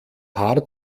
paar